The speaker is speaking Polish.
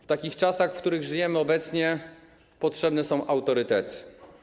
W takich czasach, w których żyjemy obecnie, potrzebne są autorytety.